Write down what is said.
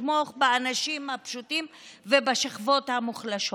לתמוך באנשים הפשוטים ובשכבות המוחלשות.